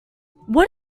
what